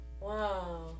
Wow